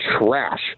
trash